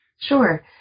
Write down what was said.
Sure